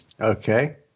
Okay